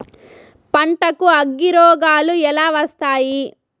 పంటకు అగ్గిరోగాలు ఎలా వస్తాయి?